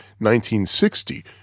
1960